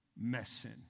messing